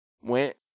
Went